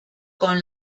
con